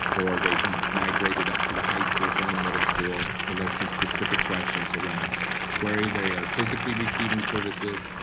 or, they've migrated up to the high school from the middle school. and there's some specific questions around where they are physically receiving services,